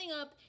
up